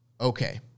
Okay